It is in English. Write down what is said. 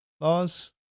laws